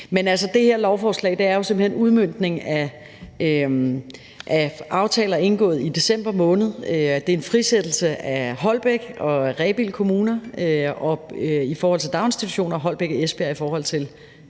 det her lovforslag er jo simpelt hen udmøntningen af aftaler indgået i december måned. Det er en frisættelse af Holbæk Kommune og Rebild Kommune i forhold til daginstitutioner og af Holbæk Kommune og Esbjerg Kommune i forhold til